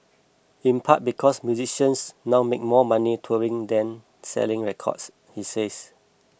in part because musicians now make more money touring than selling records he says